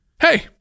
Hey